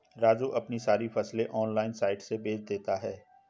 राजू अपनी सारी फसलें ऑनलाइन साइट से बेंच देता हैं